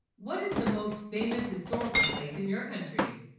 what is the most famous? historical place in your country?